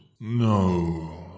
no